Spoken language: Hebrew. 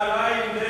אגב.